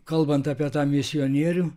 kalbant apie tą misionierių